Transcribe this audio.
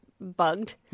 bugged